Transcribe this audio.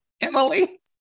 Emily